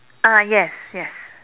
ah yes yes